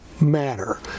matter